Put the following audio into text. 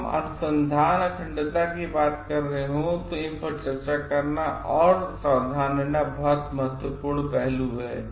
जब हम अनुसंधान अखंडता की बात कर रहे हों तो इन पर चर्चा करना और सावधान रहना बहुत महत्वपूर्ण पहलू हैं